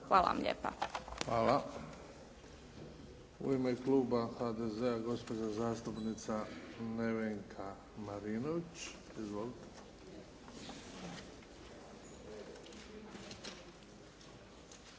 Luka (HDZ)** Hvala. U ime kluba HDZ-a gospođa zastupnica Nevenka Marinović. Izvolite.